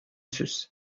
сүз